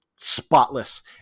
spotless